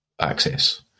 access